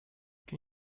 can